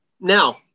Now